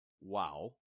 wow